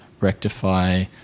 rectify –